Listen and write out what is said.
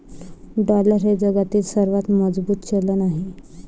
dollar हे जगातील सर्वात मजबूत चलन आहे